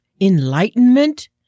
enlightenment